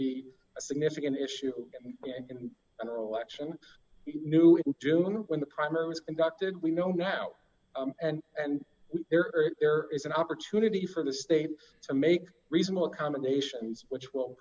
a significant issue and an election new in june when the primary was conducted we know now and and we are there is an opportunity for the state to make reasonable accommodations which will